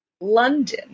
London